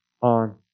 on